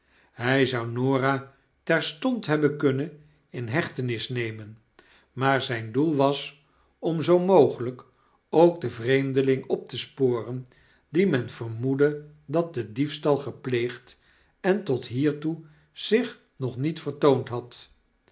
hij zou n orah terstond hebben kunnen in hechtenis nemen maar zijn doel was om zoomogelijk ookdenvreemdeling op te sporen die men vermoedde dat den diefstal gepleegd en tot hiertoe zich nog niet vertoond had